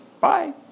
Bye